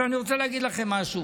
אני רוצה להגיד לכם משהו.